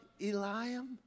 Eliam